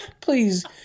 Please